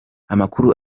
amakuru